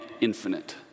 infinite